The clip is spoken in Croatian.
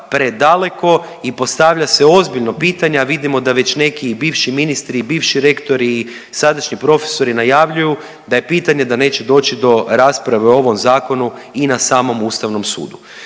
predaleko i postavlja se ozbiljno pitanje, a vidimo da već neki i bivši ministri i bivši rektori i sadašnji profesori najavljuju da je pitanje da neće doći do rasprava o ovom zakonu i na samom ustavnom sudu.